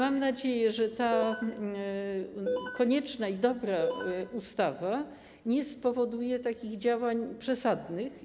Mam nadzieję, że ta konieczna i dobra ustawa nie spowoduje działań przesadnych.